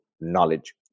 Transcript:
knowledge